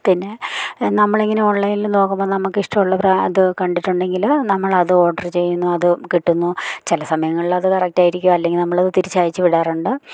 പിന്നെ നമ്മളിങ്ങനെ ഓൺലൈനില് നോക്കുമ്പോൾ നമുക്കിഷ്ടമുള്ള പ്ര ഇത് കണ്ടിട്ടുണ്ടെങ്കില് നമ്മളത് ഓർഡർ ചെയ്യുന്നു അത് കിട്ടുന്നു ചില സമയങ്ങളിൽ അത് കറക്റ്റായിരിക്കും അല്ലെങ്കിൽ നമ്മളത് തിരിച്ചയച്ചു വിടാറുണ്ട്